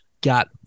got